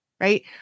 right